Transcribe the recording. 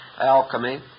alchemy